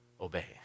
obey